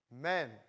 Men